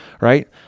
right